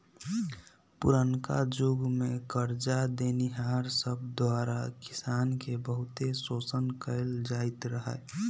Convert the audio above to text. पुरनका जुग में करजा देनिहार सब द्वारा किसान के बहुते शोषण कएल जाइत रहै